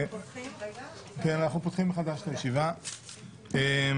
בוקר טוב, אני מתכבד לפתוח את ישיבת ועדת הכנסת.